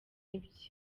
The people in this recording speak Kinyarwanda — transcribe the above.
ibye